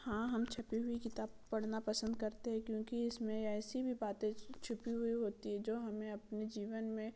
हाँ हम छपी हुई किताब पढ़ना पसंद करते है क्योंकि इसमें ऐसी भी बाते छुपी हुई होती हैं जो हमें अपने जीवन में